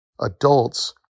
adults